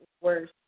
worse